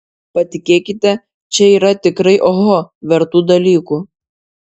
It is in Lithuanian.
patikėkite čia yra tikrai oho vertų dalykų